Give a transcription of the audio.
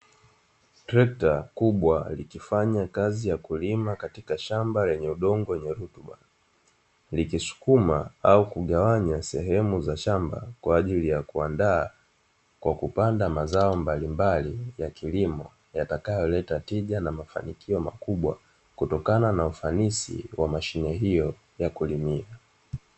Trekta kubwa likifanya kazi ya kulima katika shamba lenye ardhi wenye rutuba, likisukuma au kugawanya sehemu za shamba kwa ajili ya kuandaa kwa kupanda mazao mbalimbali ya kilimo, yatakayo leta tija na mafanikio makubwa kutokana na ufanisi wa mashine hiyo ya kulimia.